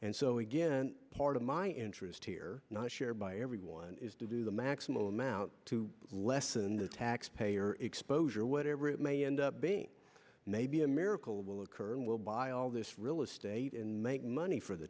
and so again part of my interest here not shared by everyone is to do the maximum amount to lessen the taxpayer exposure whatever it may end up being maybe a miracle will occur and will buy all this real estate and make money for the